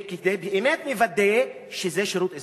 באמת כדי לוודא שזה שירות אזרחי.